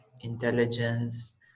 intelligence